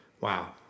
Wow